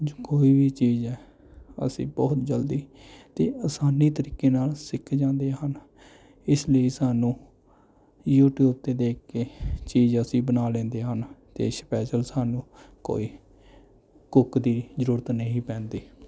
ਕੋਈ ਵੀ ਚੀਜ਼ ਹੈ ਅਸੀਂ ਬਹੁਤ ਜਲਦੀ ਅਤੇ ਆਸਾਨੀ ਤਰੀਕੇ ਨਾਲ ਸਿੱਖ ਜਾਂਦੇ ਹਨ ਇਸ ਲਈ ਸਾਨੂੰ ਯੂਟਿਊਬ 'ਤੇ ਦੇਖ ਕੇ ਚੀਜ਼ ਅਸੀਂ ਬਣਾ ਲੈਂਦੇ ਹਨ ਅਤੇ ਸਪੈਸ਼ਲ ਸਾਨੂੰ ਕੋਈ ਕੁੱਕ ਦੀ ਜ਼ਰੂਰਤ ਨਹੀਂ ਪੈਂਦੀ